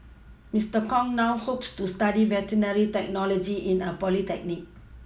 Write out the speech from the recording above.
Mister Kong now hopes to study veterinary technology in a polytechnic